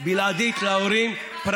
בלעדית להורים.